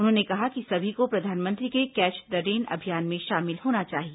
उन्होंने कहा कि सभी को प्रधानमंत्री के कैच द रेन अभियान में शामिल होना चाहिए